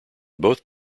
both